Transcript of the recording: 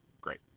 great